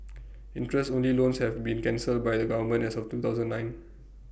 interest only loans have been cancelled by the government as of two thousand nine